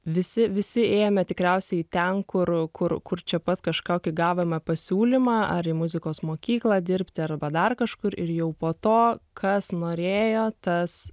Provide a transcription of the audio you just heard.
visi visi ėjome tikriausiai ten kur kur kur čia pat kažkokį gavome pasiūlymą ar į muzikos mokyklą dirbti arba dar kažkur ir jau po to kas norėjo tas